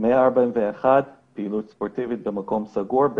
141 בפעילות ספורטיבית במקום סגור,